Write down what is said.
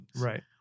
Right